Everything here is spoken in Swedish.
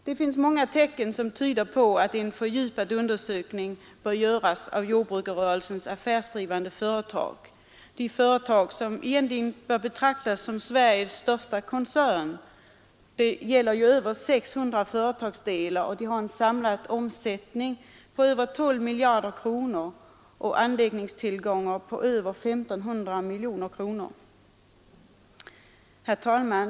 Det finns många tecken som tyder på att en fördjupad undersökning bör göras av jordbrukarrörelsens affärsdrivande företag — de företag som egentligen bör betraktas som Sveriges största koncern. Det gäller ju över 600 företagsdelar, med en samlad omsättning på över 12 miljarder kronor och anläggningstillgångar på över 1 500 miljoner kronor. Herr talman!